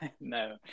No